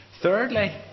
Thirdly